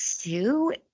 two